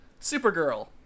Supergirl